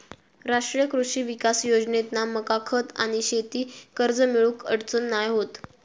राष्ट्रीय कृषी विकास योजनेतना मका खत आणि शेती कर्ज मिळुक अडचण नाय होत